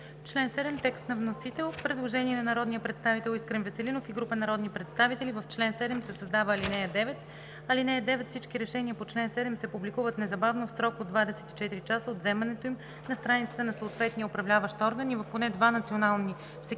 Член 7 – текст на вносител. Предложение на народния представител Искрен Веселинов и група народни представители: „В чл. 7 се създава ал. 9: (9) Всички решения по чл. 7 се публикуват незабавно, в срок от двадесет и четири часа от вземането им, на страницата на съответния управляващ орган и в поне два национални